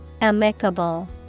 Amicable